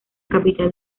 capital